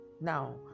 Now